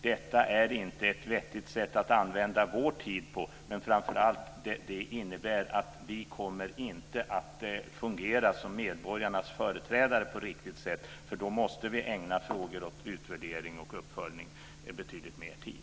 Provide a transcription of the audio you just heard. Detta är inte ett vettigt sätt att använda vår tid på. Framför allt innebär det att vi inte kommer att fungera som medborgarnas företrädare på ett riktigt sätt. Då måste vi ägna frågor om utvärdering och uppföljning betydligt mer tid.